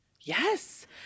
Yes